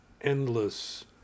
endless